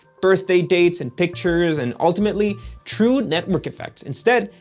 birthday dates and pictures, and ultimately true network effects. instead,